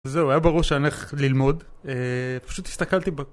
זהו, היה ברור שאני הולך ללמוד. פשוט הסתכלתי ב...